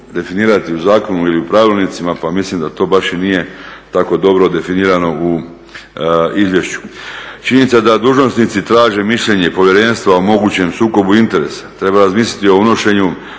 definirati u zakonu ili u pravilnicima pa mislim da to baš i nije tako dobro definirano u izvješću. Činjenica da dužnosnici traže mišljenje povjerenstva o mogućem sukobu interesa, treba razmisliti o unošenju